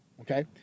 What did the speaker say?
okay